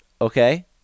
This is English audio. okay